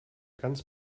ganz